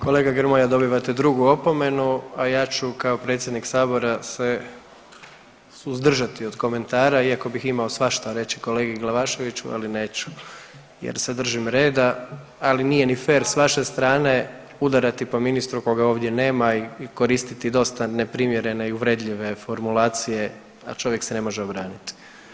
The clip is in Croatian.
Kolega Grmoja dobivate drugu opomenu, a ja ću kao predsjednik sabora se suzdržati od komentara iako bih imao svašta reći kolegi Glavaševiću ali neću jer se držim reda, ali nije ni fer s vaše strane udarati po ministru koga ovdje nema i koristiti dosta neprimjerene i uvredljive formulacije, a čovjek se ne može obranit.